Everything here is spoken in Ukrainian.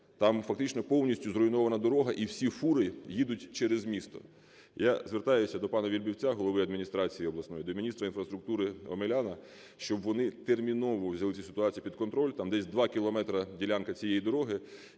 Там фактично повністю зруйнована дорога і всі фури їдуть через місто. Я звертаюся до пана Вельбівця – голови адміністрації обласної, до міністра інфраструктури Омеляна, щоб вони терміново взяли цю ситуацію під контроль. Там десь 2 кілометри - ділянка цієї дороги,